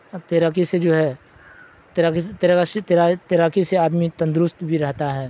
تیراکی سے جو ہے تیراکی سے تیراکی سے آدمی تندرست بھی رہتا ہے